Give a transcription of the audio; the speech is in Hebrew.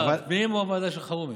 ועדת הפנים או הוועדה של אלחרומי?